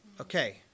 Okay